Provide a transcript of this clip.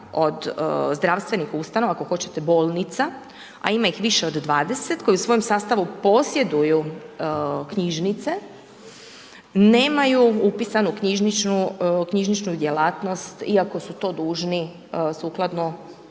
od zdravstvenih ustanova, ako hoćete bolnica, a ima ih više od 20 koje u svom sastavu posjeduju knjižnice, nemaju upisano knjižničnu djelatnost iako su to dužni sukladno, čini